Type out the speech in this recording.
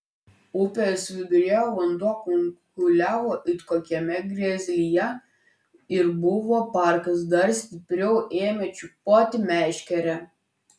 upės viduryje vanduo kunkuliavo it kokiame geizeryje ir pakas dar stipriau ėmė timpčioti meškerę